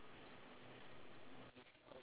four five six seven eight nine ten